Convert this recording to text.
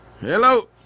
Hello